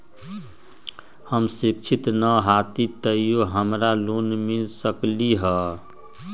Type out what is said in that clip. हम शिक्षित न हाति तयो हमरा लोन मिल सकलई ह?